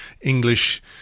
English